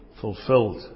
fulfilled